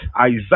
Isaiah